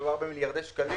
ואני מצטט: